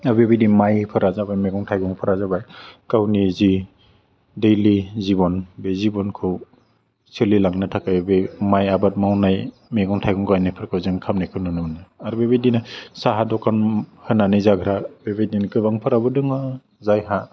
आरो बेबायदि मायफोरा जाबाय मैगं थाइगंफ्रा जाबाय गावनि जि डैलि जिबन बे जिबनखौ सोलिलांनो थाखाय बे माय आबाद मावनाय मैगं थाइगं गानायफोरखौ जों खामयनायखौ नुनो मोनो आरो बे बायदिनो साहा दखान होनानै जाग्रा बे बायदिनो गोबांफोराबो दङ जायहा